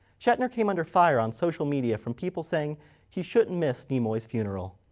shatner came under fire on social media from people saying he shouldn't miss nimoy's funeral.